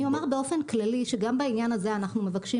אני אומר באופן כללי שגם בעניין הזה אנחנו מבקשים